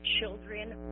Children